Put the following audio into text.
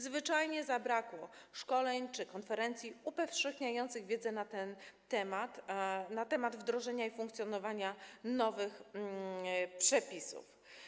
Zwyczajnie zabrakło szkoleń czy konferencji upowszechniających wiedzę na ten temat, na temat wdrożenia i funkcjonowania nowych przepisów.